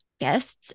guests